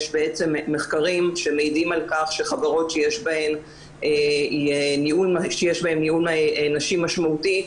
יש בעצם מחקרים שמעידים על כך שחברות שיש בהן ניהול נשי משמעותי,